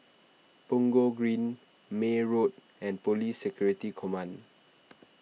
Punggol Green May Road and Police Security Command